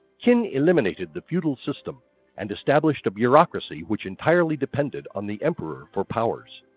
qin eliminated the feudal system and established a bureaucracy which entirely depended on the emperor for powers.